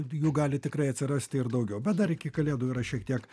jų gali tikrai atsirasti ir daugiau bet dar iki kalėdų yra šiek tiek